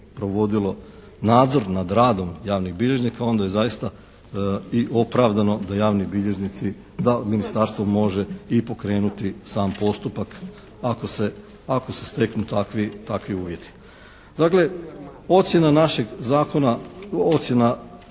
provodilo nadzor nad radom javnih bilježnika onda je zaista i opravdano da javni bilježnici, da ministarstvo može i pokrenuti i sam postupak ako se steknu takvi uvjeti. Dakle, ocjena našeg zakona, ocjena